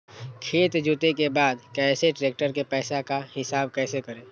खेत जोते के बाद कैसे ट्रैक्टर के पैसा का हिसाब कैसे करें?